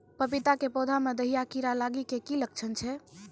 पपीता के पौधा मे दहिया कीड़ा लागे के की लक्छण छै?